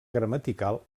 gramatical